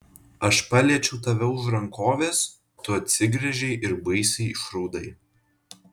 aš paliečiau tave už rankovės tu atsigręžei ir baisiai išraudai